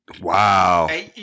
Wow